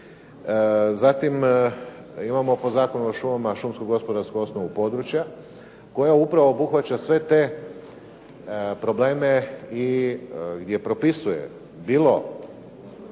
zatim imamo po Zakonu o šumama šumskogospodarsku osnovu područja koja upravo obuhvaća sve te probleme i gdje propisuje bilo,